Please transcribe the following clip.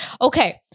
Okay